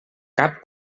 cap